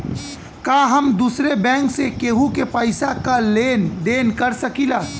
का हम दूसरे बैंक से केहू के पैसा क लेन देन कर सकिला?